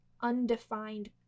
undefined